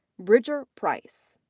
bridger price.